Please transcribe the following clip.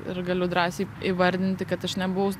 ir galiu drąsiai įvardinti kad aš nebuvau